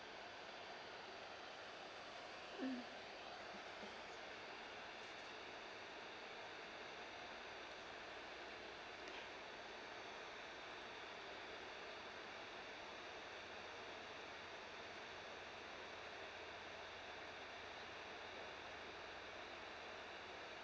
mm